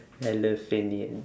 elephanion